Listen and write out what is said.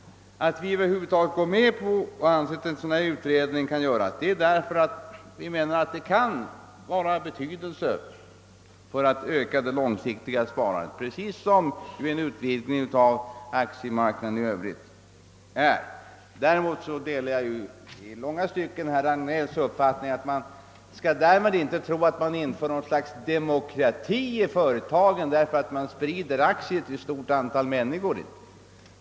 Att vi över huvud taget går med på att en utredning skall göras beror på att det enligt vår uppfattning kan vara av betydelse för att öka det långsiktiga sparandet, precis som vid en utvidgning av aktiemarknaden i övrigt. Däremot delar jag i långa stycken herr Hagnells uppfattning om att man inte skall tro att man inför något slags demokrati i företagen därför att det sker en spridning av aktier till ett stort antal människor.